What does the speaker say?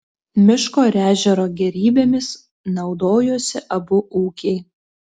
miško ir ežero gėrybėmis naudojosi abu ūkiai